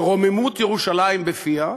שרוממות ירושלים בפיה,